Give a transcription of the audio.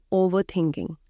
overthinking